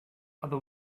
other